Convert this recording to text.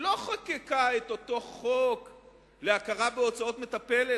לא חוקקה את אותו חוק להכרה בהוצאת מטפלת,